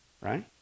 right